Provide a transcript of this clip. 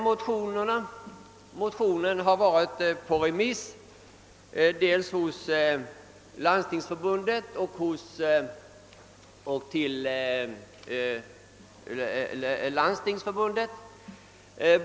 Motionen har varit på remiss hos Landstingsförbundet och Kommunförbundet.